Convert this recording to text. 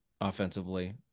offensively